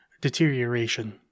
deterioration